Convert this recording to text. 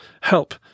help